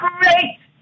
great